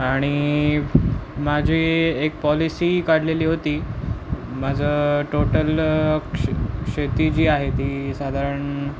आणि माझी एक पॉलिसी काढलेली होती माझं टोटल शे शेती जी आहे ती साधारण